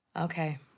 Okay